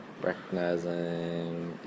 recognizing